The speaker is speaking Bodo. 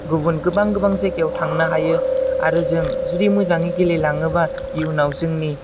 गुबुन गोबां गोबां जायगायाव थांनो हायो आरो जों जुदि मोजाङै गेलेलाङोबा इयुनाव जोंनि